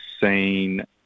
seen